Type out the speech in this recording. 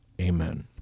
Amen